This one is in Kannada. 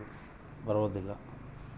ಪಾಸ್ ಬುಕ್ಕಾ ಒಳಗ ನಾವ್ ಆನ್ಲೈನ್ ಕೂಡ ನೊಡ್ಬೋದು